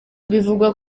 bivugwa